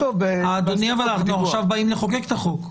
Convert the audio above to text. אנחנו עכשיו באים לחוקק את החוק.